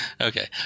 okay